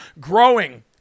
growing